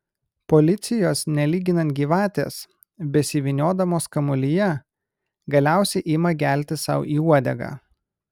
policijos nelyginant gyvatės besivyniodamos kamuolyje galiausiai ima gelti sau į uodegą